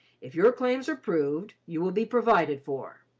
if your claims are proved, you will be provided for.